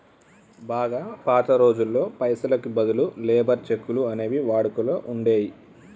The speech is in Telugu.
బాగా పాత రోజుల్లో పైసలకి బదులు లేబర్ చెక్కులు అనేవి వాడుకలో ఉండేయ్యి